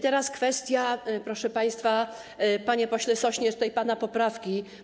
Teraz kwestia, proszę państwa, panie pośle Sośnierz, pana poprawki.